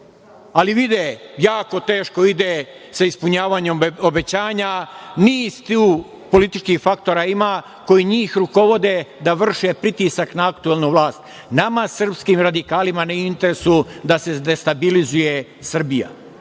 Ali, ide, jako teško ide sa ispunjavanjem obećanja, niz tu političkih faktora ima koji njih rukovode da vrše pritisak na aktuelnu vlast. Nama, srpskim radikalima nije u interesu da se destabilizuje Srbija.